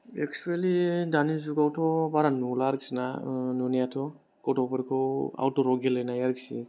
actually दानि जुगावथ' बारा नुला आरोखिना नुनायाथ' गथ'फोरखौ आउतदराव गेलेनाय आरोखि